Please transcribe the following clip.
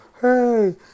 hey